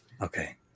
Okay